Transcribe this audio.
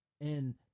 And-